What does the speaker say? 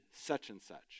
such-and-such